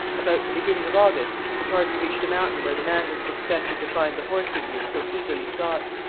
about the beginning of august the party reached a mountain where the mandans expected to find the horse indians so eagerly sought.